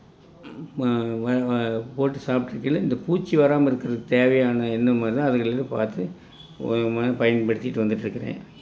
போட்டு சாப்பிட்ருக்கையில இந்த பூச்சி வராமல் இருக்கிறதுக்கு தேவையான என்ன மருந்தோ பார்த்து பயன்படுத்திகிட்டு வந்துட்டிருக்குறேன்